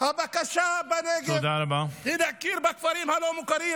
הבקשה בנגב היא להכיר בכפרים הלא-מוכרים